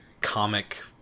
comic